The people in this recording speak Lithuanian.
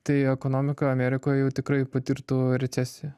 tai ekonomika amerikoje jau tikrai patirtų recesiją